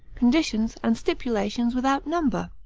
conditions, and stipulations without number.